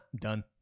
done